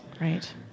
Right